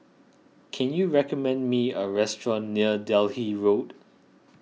can you recommend me a restaurant near Delhi Road